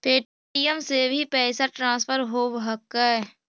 Paytm से भी पैसा ट्रांसफर होवहकै?